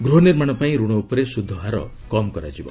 ଗୃହନିର୍ମାଣ ପାଇଁ ଋଣ ଉପରେ ସୁଧ ହାର କମ୍ କରାଯିବ